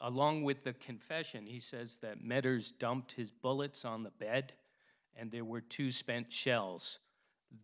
along with the confession he says that metters dumped his bullets on the bed and there were two spent shells